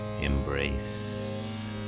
Embrace